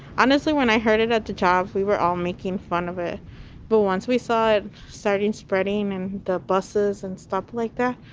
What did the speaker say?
honestly, when i heard it at the jobs, we were all making fun of it but once we saw it starting spreading in the buses and stuff like that,